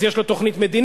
אז יש לו תוכנית מדינית,